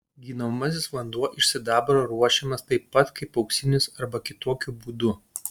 gydomasis vanduo iš sidabro ruošiamas taip pat kaip auksinis arba kitokiu būdu